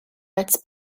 its